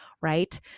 right